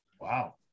Wow